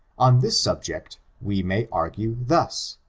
on this subject, we may argue thus,